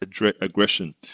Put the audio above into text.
aggression